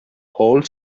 old